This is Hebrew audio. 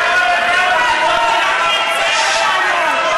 אתה לא מייצג אותנו.